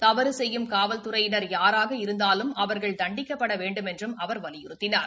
தவறு செய்யும் காவல்துறையினர் யாராக இருந்தாலும் அவர்கள் தண்டிக்கப்பட வேண்டுமென்றும் அவர் வலியுறுத்தினார்